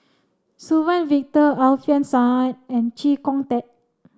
Suzann Victor Alfian Sa'at and Chee Kong Tet